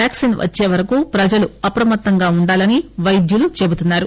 వాక్సిన్వచ్చేవరకు ప్రజలు అప్రమత్తంగా ఉండాలని పైద్యులు చెబుతున్నారు